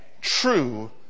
true